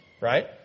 right